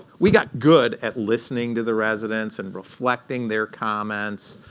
we got good at listening to the residents, and reflecting their comments,